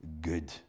good